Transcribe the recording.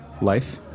life